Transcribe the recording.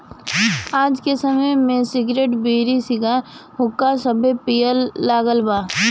आज के समय में सिगरेट, बीड़ी, सिगार, हुक्का सभे पिए लागल बा